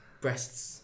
Breasts